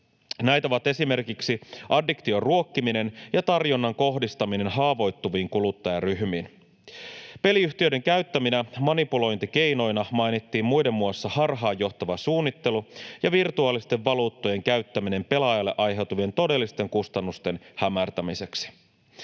Näitä ovat esimerkiksi addiktion ruokkiminen ja tarjonnan kohdistaminen haavoittuviin kuluttajaryhmiin. Peliyhtiöiden käyttäminä manipulointikeinoina mainittiin muiden muassa harhaan johtava suunnittelu ja virtuaalisten valuuttojen käyttäminen pelaajalle aiheutuvien todellisten kustannusten hämärtämiseksi.